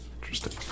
Interesting